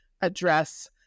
address